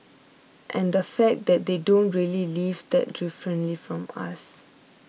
and the fact that they don't really live that differently from us